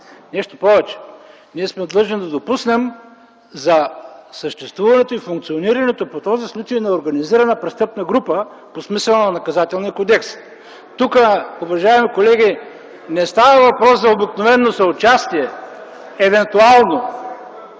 Нещо повече, ние сме длъжни да допуснем за съществуването и функционирането по този случай на организирана престъпна група по смисъла на Наказателния кодекс. (Оживление.) Тук, уважаеми колеги, не става въпрос за обикновено съучастие евентуално.